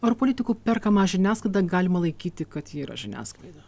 ar politikų perkamą žiniasklaidą galima laikyti kad ji yra žiniasklaida